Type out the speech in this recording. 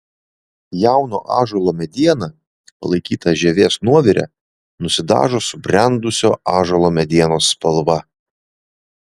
jauno ąžuolo mediena palaikyta žievės nuovire nusidažo subrendusio ąžuolo medienos spalva